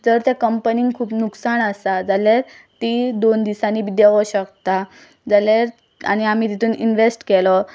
जर त्या कंपनीन खूब लुकसाण आसा जाल्यार ती दोन दिसांनी बी देवोंक शकता जाल्यार आनी आमी तितून इनवॅस्ट केलो